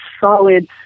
solid